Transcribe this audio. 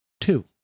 two